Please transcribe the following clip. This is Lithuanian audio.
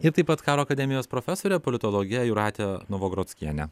ir taip pat karo akademijos profesorė politologė jūrate novagrockiene